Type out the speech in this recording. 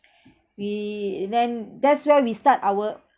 we then that's where we start our